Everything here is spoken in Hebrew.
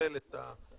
שתכלל את האירוע.